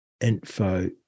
info